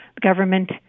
government